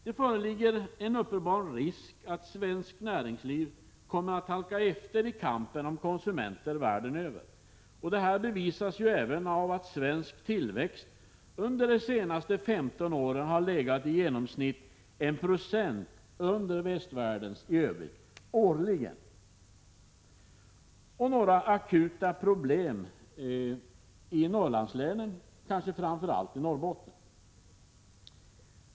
Det föreligger en uppenbar risk för att svenskt näringsliv kommer att halka efter i kampen om konsumenter världen över. Detta bevisas ju även av att svensk tillväxt under de senaste 15 åren årligen har legat i genomsnitt 1 90 under övriga västvärldens tillväxt. Sedan till några akuta problem i Norrlandslänen, kanske framför allt i Norrbotten.